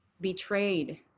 betrayed